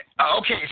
Okay